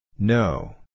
No